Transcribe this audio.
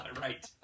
Right